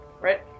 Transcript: Right